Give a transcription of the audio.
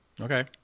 Okay